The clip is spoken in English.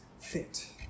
fit